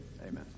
Amen